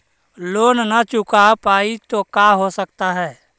Loan न चुका पाई तो का हो सकता है?